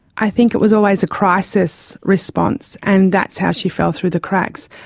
i think it was always a crisis response, and that's how she fell through the cracks.